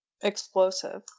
explosive